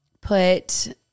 put